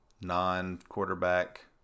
non-quarterback